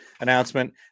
announcement